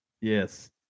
Yes